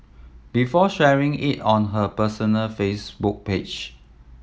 before sharing it on her personal Facebook page